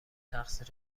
تقصیر